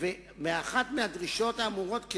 באחת מהדרישות האמורות.